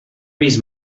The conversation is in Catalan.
vist